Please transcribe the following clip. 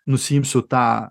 nusiimsiu tą